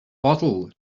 bottle